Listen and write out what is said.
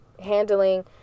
Handling